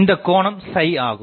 இந்தக் கோணம் ஆகும்